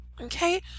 okay